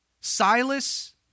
Silas